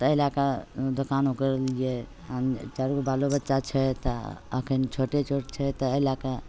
ताहि लैके दोकानो करलिए चारि गो बालो बच्चा छै तऽ एखन छोटे छोट छै तऽ ओहि लैके